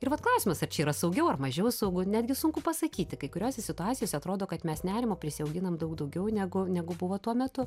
ir vat klausimas ar čia yra saugiau ar mažiau saugu netgi sunku pasakyti kai kuriose situacijose atrodo kad mes nerimo prisiauginam daug daugiau negu negu buvo tuo metu